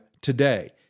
today